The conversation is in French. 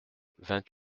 vingt